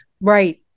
Right